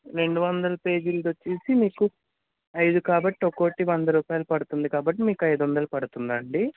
రెండు వందల పేజీలది వచ్చేసి మీకు అయిదు కాబట్టి ఒక్కోటి వంద రూపాయలు పడుతుంది కాబట్టి మీకు అయిదు వందలు పడుతుందండీ